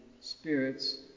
spirits